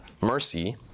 mercy